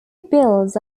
builds